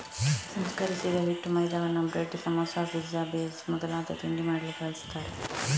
ಸಂಸ್ಕರಿಸಿದ ಹಿಟ್ಟು ಮೈದಾವನ್ನ ಬ್ರೆಡ್, ಸಮೋಸಾ, ಪಿಜ್ಜಾ ಬೇಸ್ ಮೊದಲಾದ ತಿಂಡಿ ಮಾಡ್ಲಿಕ್ಕೆ ಬಳಸ್ತಾರೆ